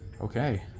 Okay